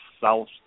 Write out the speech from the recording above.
south